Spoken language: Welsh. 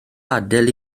adael